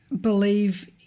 believe